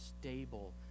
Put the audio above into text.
stable